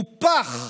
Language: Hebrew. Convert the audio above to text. הוא פח.